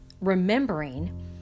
remembering